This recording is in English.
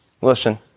Listen